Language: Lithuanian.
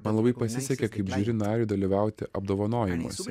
man labai pasisekė kaip žiuri nariui dalyvauti apdovanojimuose